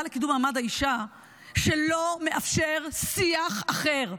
לקידום מעמד האישה שלא מאפשר שיח אחר.